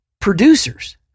producers